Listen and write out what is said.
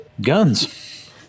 Guns